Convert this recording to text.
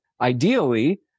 ideally